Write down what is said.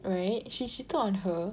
right he cheated on her